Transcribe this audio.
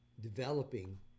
developing